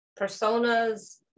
personas